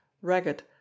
ragged